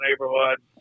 neighborhood